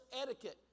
etiquette